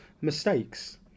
mistakes